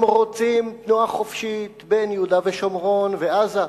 הם רוצים תנועה חופשית בין יהודה ושומרון ועזה,